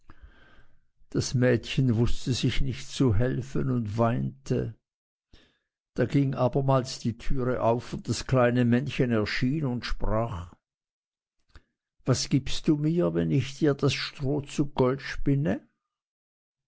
das mädchen wußte sich nicht zu helfen und weinte da ging abermals die türe auf und das kleine männchen erschien und sprach was gibst du mir wenn ich dir das stroh zu gold spinne